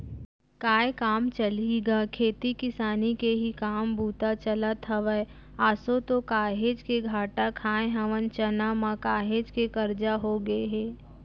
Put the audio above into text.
काय काम चलही गा खेती किसानी के ही काम बूता चलत हवय, आसो तो काहेच के घाटा खाय हवन चना म, काहेच के करजा होगे हे